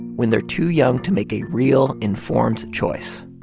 when they're too young to make a real informed choice.